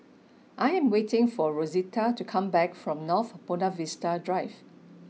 I am waiting for Rosita to come back from North Buona Vista Drive